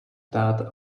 ptát